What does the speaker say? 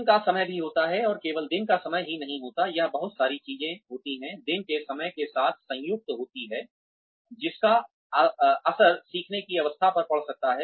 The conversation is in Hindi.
दिन का समय भी होता है और केवल दिन का समय ही नहीं होता है यह बहुत सारी चीजें होती हैं दिन के समय के साथ संयुक्त होती हैं जिसका असर सीखने की अवस्था पर पड़ सकता है